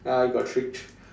ah you got tricked